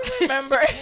Remember